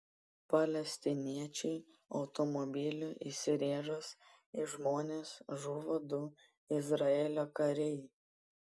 palestiniečiui automobiliu įsirėžus į žmonės žuvo du izraelio kariai